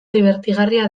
dibertigarria